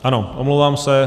Ano, omlouvám se.